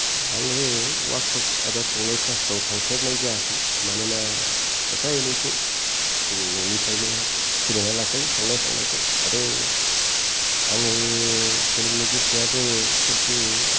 आङो वार्कशप एबा संनाय क्लास फोराव थांफेरनाय जायाखै मानोना एफा एनैखौ जों न'निफ्रायनो सोलोंनानै लाखायो संनाय खावनायखौ आरो आङो सोलोंनो गोसोआ दङ किन्तु